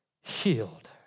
healed